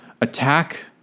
attack